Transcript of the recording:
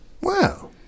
Wow